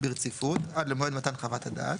ברציפות עד למועד מתן חוות הדעת.